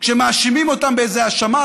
כשמאשימים אותם באיזו האשמה,